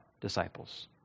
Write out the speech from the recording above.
disciples